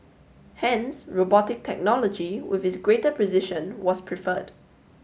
hence robotic technology with its greater precision was preferred